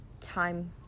time